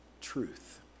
truth